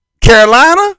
Carolina